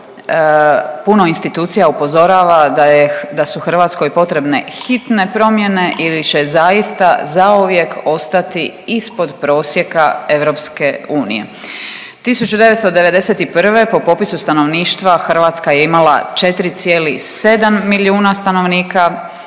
puno institucija upozorava da su Hrvatskoj potrebne hitne promjene ili će zaista zauvijek ostati ispod prosjeka EU. 1991. po popisu stanovništva Hrvatska je imala 4,7 milijuna stanovnika,